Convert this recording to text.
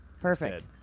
Perfect